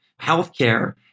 healthcare